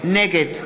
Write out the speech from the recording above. נגד